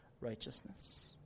righteousness